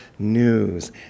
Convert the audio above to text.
News